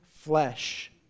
flesh